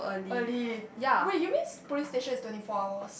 early wait you means police station is twenty four hours